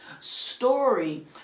story